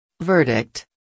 Verdict